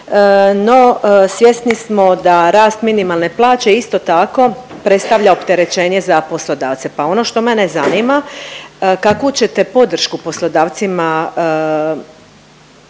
no svjesni smo da rast minimalne plaće isto tako, predstavlja opterećenje za poslodavce pa ono što mene zanima, kakvu ćete podršku poslodavcima